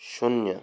शून्य